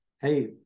hey